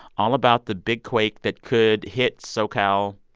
all about the big quake that could hit socal.